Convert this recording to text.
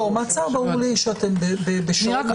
ברור לי במעצר.